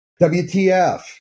WTF